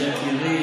יקירי,